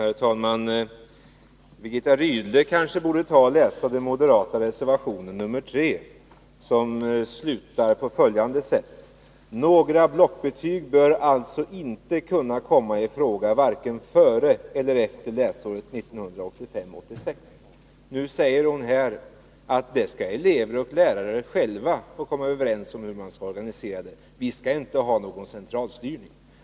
Herr talman! Birgitta Rydle borde kanske läsa den moderata reservationen 3, som slutar på följande sätt: ”Några blockbetyg bör alltså inte kunna komma i fråga varken före eller efter läsåret 1985/86.” Nu säger hon här att elever och lärare själva skall få komma överens om hur man skall organisera det — vi skall inte ha någon centralstyrning.